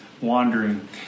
wandering